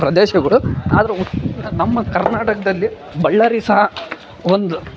ಪ್ರದೇಶಗುಳು ಆದ್ರೆ ನಮ್ಮ ಕರ್ನಾಟಕದಲ್ಲಿ ಬಳ್ಳಾರಿ ಸಹ ಒಂದು